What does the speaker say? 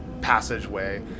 passageway